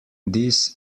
this